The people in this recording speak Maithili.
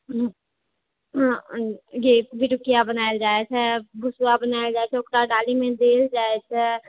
पिरुकिया बनायल जाइ छै भूसुआ बनायल जाइ छै ओकरा डालीमे देल जाइ छै